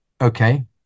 Okay